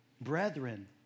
brethren